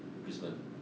griezmann